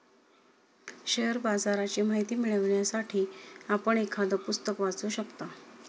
share बाजाराची माहिती मिळवण्यासाठी आपण एखादं पुस्तक वाचू शकता